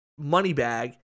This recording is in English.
Moneybag